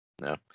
no